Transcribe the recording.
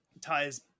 ties